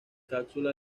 cápsula